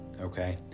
Okay